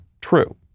true